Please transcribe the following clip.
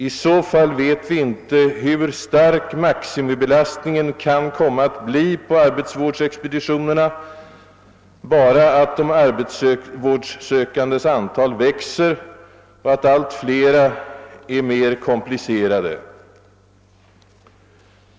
I så fall vet vi inte hur stark maximibelastningen kan komma att bli på arbetsvårdsexpeditionerna, bara att de arbetsvårdssökandes antal växer och att allt flera fall är mer komplicerade.